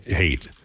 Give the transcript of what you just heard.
hate